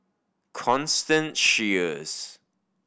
Constance Sheares